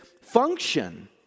function